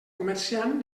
comerciant